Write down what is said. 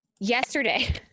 yesterday